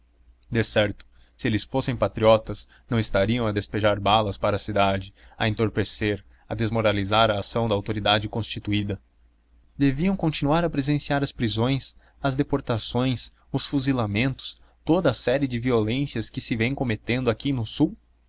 olga decerto se eles fossem patriotas não estariam a despejar balas para a cidade a entorpecer a desmoralizar a ação da autoridade constituída deviam continuar a presenciar as prisões as deportações os fuzilamentos toda a série de violências que se vêm cometendo aqui e no sul